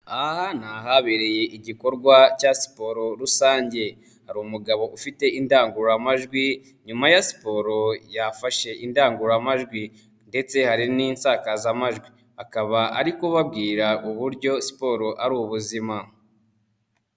Aha ni aha habereye igikorwa cya siporo rusange, hari umugabo ufite indangururamajwi nyuma ya siporo yafashe indangururamajwi, ndetse hari n'isakazamajwi, akaba ari kubabwira uburyo siporo ari ubuzima.